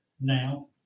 now